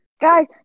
guys